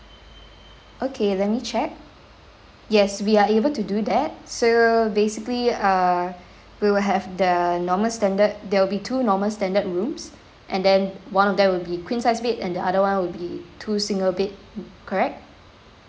okay let me check yes we are able to do that so basically err we will have the normal standard there will be two normal standard rooms and then one of them will be queen size bed and the other one will be two single bed correct